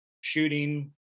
shooting